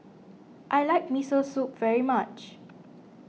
I like Miso Soup very much